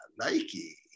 Nike